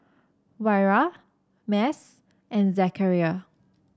Wira Mas and Zakaria